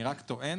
אני רק טוען